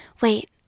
Wait